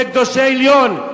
של קדושי עליון.